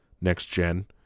next-gen